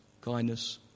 kindness